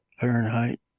fahrenheit